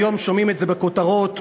היום שומעים אותן בכותרות,